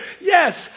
Yes